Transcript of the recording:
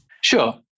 Sure